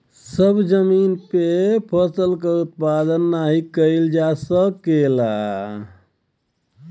सभ जमीन पे फसल क उत्पादन नाही कइल जा सकल जाला